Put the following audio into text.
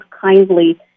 kindly